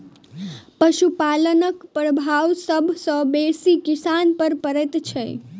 पशुपालनक प्रभाव सभ सॅ बेसी किसान पर पड़ैत छै